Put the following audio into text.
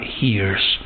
hears